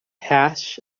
hash